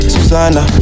Susanna